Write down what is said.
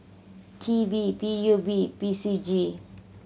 T P P U B P C G